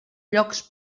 llocs